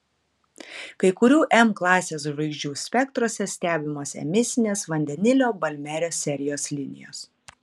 kai kurių m klasės žvaigždžių spektruose stebimos emisinės vandenilio balmerio serijos linijos